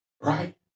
Right